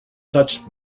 such